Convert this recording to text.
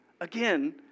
Again